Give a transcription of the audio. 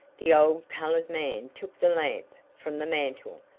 the old colored man took the lamp from the mantel.